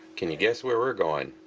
can you guess where we're going?